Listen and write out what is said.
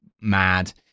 mad